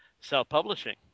self-publishing